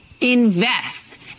invest